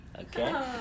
Okay